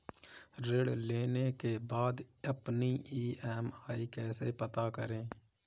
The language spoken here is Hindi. ऋण लेने के बाद अपनी ई.एम.आई कैसे पता करें?